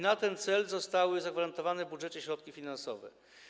Na ten cel zostały zagwarantowane w budżecie środki finansowe.